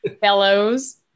fellows